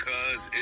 Cause